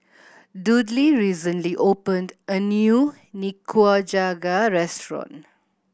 Dudley recently opened a new Nikujaga restaurant